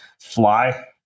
Fly